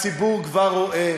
הציבור כבר רואה,